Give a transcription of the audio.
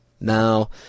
Now